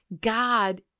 God